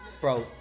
bro